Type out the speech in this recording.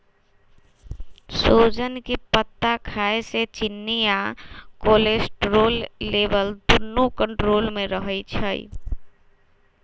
सोजन के पत्ता खाए से चिन्नी आ कोलेस्ट्रोल लेवल दुन्नो कन्ट्रोल मे रहई छई